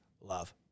love